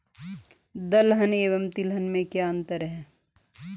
दलहन एवं तिलहन में क्या अंतर है?